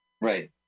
Right